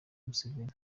museveni